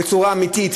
בצורה אמיתית,